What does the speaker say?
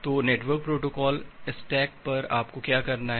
तो network protocol stack पर आपको क्या करना है